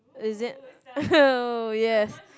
is it oh yes